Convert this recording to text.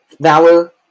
Valor